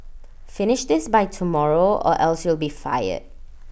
finish this by tomorrow or else you'll be fired